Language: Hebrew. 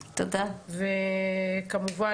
וכמובן,